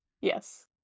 yes